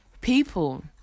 people